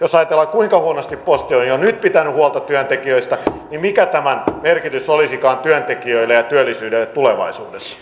jos ajatellaan kuinka huonosti posti on jo nyt pitänyt huolta työntekijöistä niin mikä tämän merkitys olisikaan työntekijöille ja työllisyydelle tulevaisuudessa